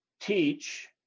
teach